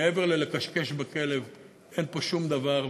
מעבר ללכשכש בכלב אין פה שום דבר,